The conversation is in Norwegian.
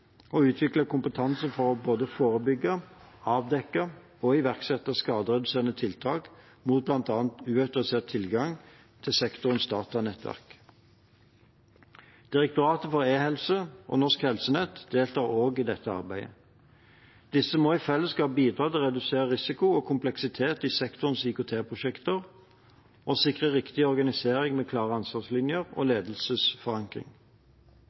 utvikle kompetanse for både å forebygge, avdekke og iverksette skadereduserende tiltak mot bl.a. uautorisert tilgang til sektorens datanettverk. Direktoratet for e- helse og Norsk Helsenett deltar også i dette arbeidet. Disse må i fellesskap bidra til å redusere risiko og kompleksitet i sektorens IKT-prosjekter og sikre riktig organisering med klare ansvarslinjer og